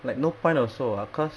like no point also ah cause